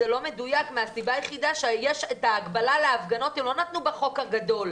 את ההגבלה על ההפגנות הם לא נתנו בחוק הגדול.